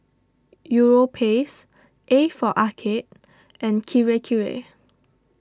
Europace A for Arcade and Kirei Kirei